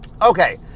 Okay